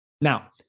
Now